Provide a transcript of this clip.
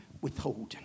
withholding